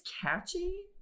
catchy